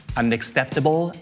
unacceptable